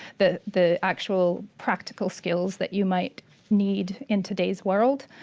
the the actual practical skills that you might need in today's world.